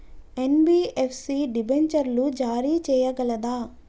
NBFC డిబెంచర్లు జారీ చేయగలదా?